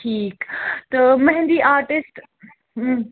ٹھیٖک تہٕ مہنٛدی آرٹِسٹہٕ